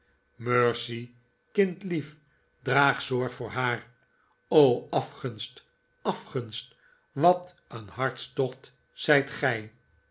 mercy kindlief draag zorg voor haar o afgunst afgunst wat een hartstocht zijt gij